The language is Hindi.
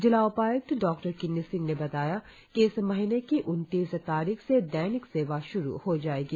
जिला उपाय्क्त डॉ किन्नी सिंह ने बताया कि इस महीने की उनतीस तारीख से दैनिक सेवा श्रु हो जाएगी